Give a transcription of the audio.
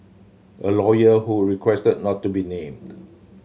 a lawyer who requested not to be named